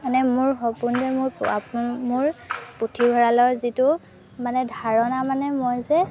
মানে মোৰ সপোন যে মোৰ মোৰ পুথিভঁৰালৰ যিটো মানে ধাৰণা মানে মই যে